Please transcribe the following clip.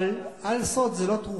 אבל "אל-סוד" זו לא תרופה.